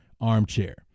armchair